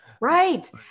Right